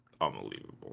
unbelievable